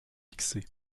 fixé